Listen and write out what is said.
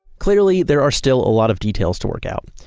clearly, there are still a lot of details to work out,